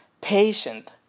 patient